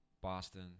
Boston